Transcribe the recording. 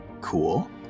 cool